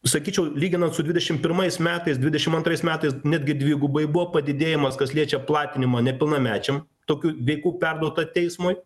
sakyčiau lyginant su dvidešim pirmais metais dvidešim antrais metais netgi dvigubai buvo padidėjimas kas liečia platinimo nepilnamečiam tokių veikų perduota teismui